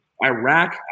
Iraq